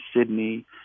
Sydney